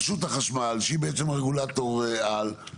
רשות החשמל שהיא רגולטור על,